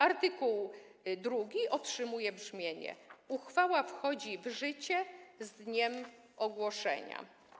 Art. 2 otrzymuje brzmienie: Uchwała wchodzi w życie z dniem ogłoszenia.